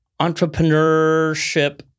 entrepreneurship